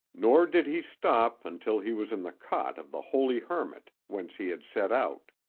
nor did he stop until he was in the cot of the holy hermit, whence he had set out.